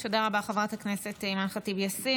תודה רבה, חברת הכנסת אימאן ח'טיב יאסין.